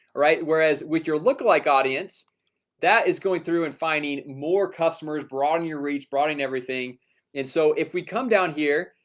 right? whereas with your look like audience that is going through and finding more customers broaden your reach broaden everything and so if we come down here,